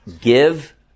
give